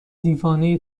دیوانه